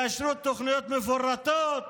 תאשרו תוכניות מפורטות,